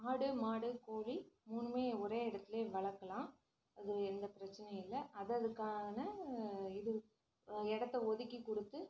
ஆடு மாடு கோழி மூணுமே ஒரே இடத்துலயே வளர்க்கலாம் அது எந்த பிரச்சினையும் இல்லை அதற்துக்கான இது இடத்த ஒதுக்கி கொடுத்து